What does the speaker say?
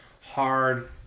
hard